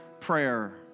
prayer